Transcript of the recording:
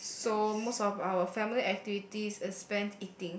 so most of our family activity is spent eating